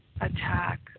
attack